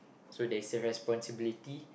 so there's a responsibility